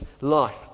life